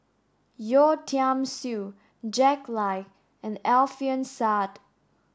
Yeo Tiam Siew Jack Lai and Alfian Sa'at